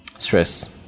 Stress